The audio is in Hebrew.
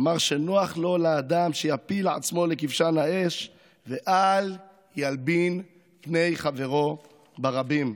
אמר: "נוח לו לאדם שיפיל עצמו לכבשן האש ואל ילבין פני חברו ברבים".